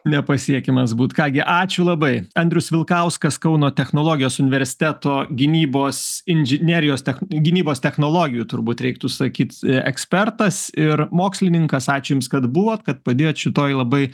nepasiekiamas būt ką gi ačiū labai andrius vilkauskas kauno technologijos universiteto gynybos inžinerijos gynybos technologijų turbūt reiktų sakyt ekspertas ir mokslininkas ačiū jums kad buvot kad padėjot šitoj labai